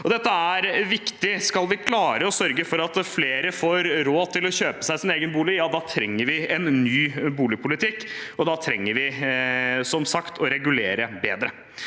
Dette er viktig. Skal vi klare å sørge for at flere får råd til å kjøpe seg sin egen bolig, trenger vi en ny boligpolitikk, og da trenger vi, som sagt, å regulere bedre.